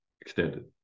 extended